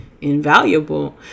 invaluable